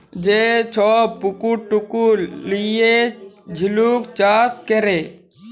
যে ছব পুকুর টুকুর লিঁয়ে ঝিলুক চাষ ক্যরে